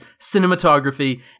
cinematography